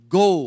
go